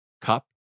cup